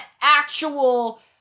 actual